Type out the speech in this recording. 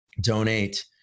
donate